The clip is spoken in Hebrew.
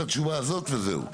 נמשוך את התשובה הזאת וזהו.